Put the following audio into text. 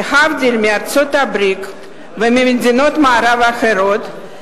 להבדיל מארצות-הברית וממדינות מערב אחרות,